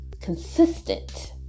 consistent